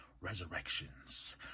Resurrections